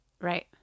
Right